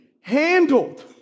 handled